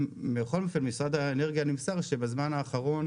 בכל אופן ממשרד האנרגיה נמסר, שבזמן האחרון